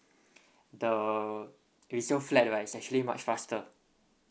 the resale flat right is actually much faster